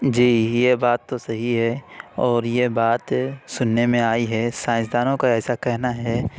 جی یہ بات تو صحیح ہے اور یہ بات سننے میں آئی ہے سائنسدانوں کا ایسا کہنا ہے